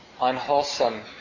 unwholesome